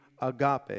agape